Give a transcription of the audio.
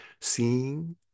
seeing